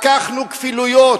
לקחנו כפילויות.